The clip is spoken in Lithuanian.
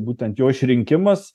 būtent jo išrinkimas